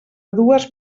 dues